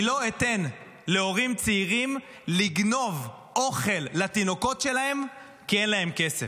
אני לא אתן להורים צעירים לגנוב אוכל לתינוקות שלהם כי אין להם כסף.